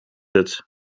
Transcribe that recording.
het